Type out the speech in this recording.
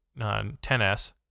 10S